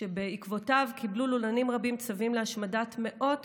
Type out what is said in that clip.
שבעקבותיו קיבלו לולנים רבים צווים להשמדת מאות